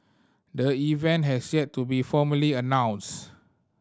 the event has yet to be formally announced